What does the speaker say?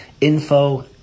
info